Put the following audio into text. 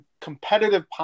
competitive